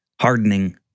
hardening